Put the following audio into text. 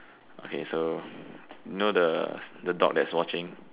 okay so you know the the dog that's watching